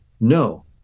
No